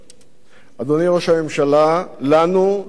אדוני ראש הממשלה, לנו זה עולה המון.